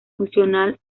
funcional